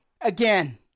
again